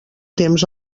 temps